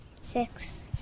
Six